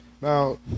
now